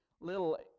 Little